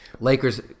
Lakers